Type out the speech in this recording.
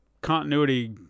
continuity